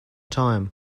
time